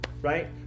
Right